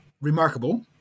remarkable